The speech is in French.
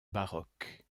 baroque